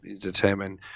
determine